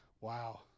Wow